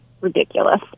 ridiculous